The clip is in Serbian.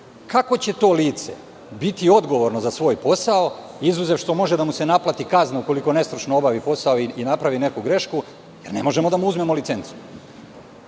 Kako će to lice biti odgovorno za svoj posao, izuzev što može da mu se naplati kazna ukoliko nestručno obavi posao i napravi neku grešku, jer ne možemo da mu uzmemo licencu? Apsolutno